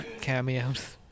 cameos